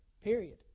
Period